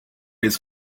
his